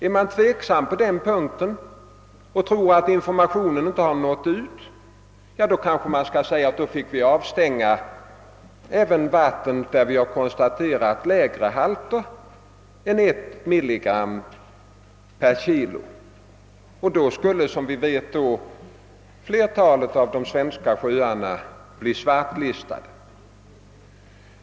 Är man tveksam på den punkten och tror att informationen inte har nått ut till alla, kanske man skall överväga att avstänga även vatten där det konstaterats lägre halter än 1 mg per kg. Då skulle, som vi vet, flertaålet av de svenska sjöarna bli svartlistade.